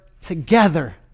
together